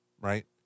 right